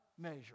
measure